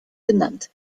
genannt